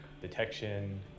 detection